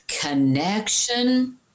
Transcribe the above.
connection